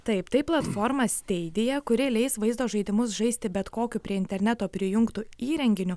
taip tai platforma stadia kuri leis vaizdo žaidimus žaisti bet kokiu prie interneto prijungtu įrenginiu